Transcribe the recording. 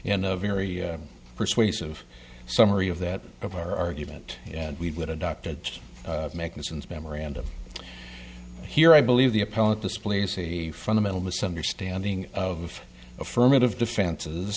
a very persuasive summary of that of our argument and we've got adopted mechanisms memorandum here i believe the appellate displays a fundamental misunderstanding of affirmative defenses